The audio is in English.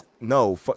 no